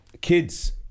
kids